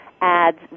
adds